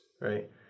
right